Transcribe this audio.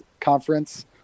conference